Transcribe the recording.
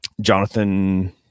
Jonathan